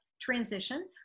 transition